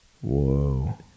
Whoa